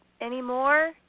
anymore